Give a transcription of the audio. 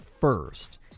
first